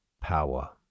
power